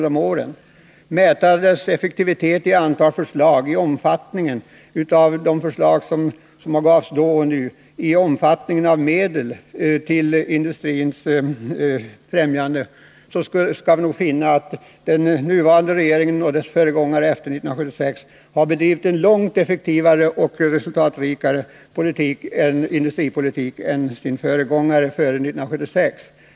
Om vi mäter effektiviteten i form av antal förslag, i omfattningen av de förslag som avgavs då och nu och i omfattningen av medel till industrins främjande, skall vi nog finna att den nuvarande regeringen och dess föregångare efter 1976 har bedrivit en långt effektivare och resultatrikare industripolitik än den regering vi hade före 1976.